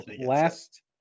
last